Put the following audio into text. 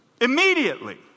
Immediately